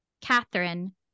Catherine